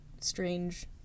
strange